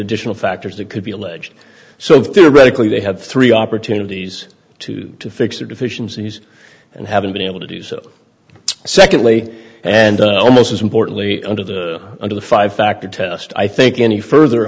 additional factors that could be alleged so theoretically they had three opportunities to fix their deficiencies and haven't been able to do so secondly and most importantly under the under the five factor test i think any further